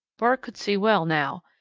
bart could see well now.